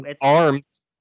arms